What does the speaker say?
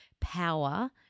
power